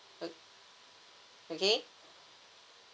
o~ okay